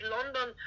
London